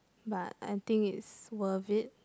but I think it's worth it